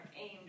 aimed